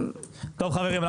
טוב חברים,